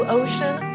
ocean